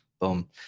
Boom